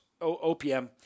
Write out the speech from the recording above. OPM